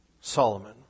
Solomon